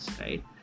right